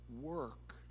work